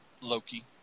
Loki